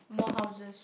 more houses